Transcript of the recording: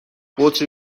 بطری